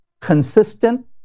consistent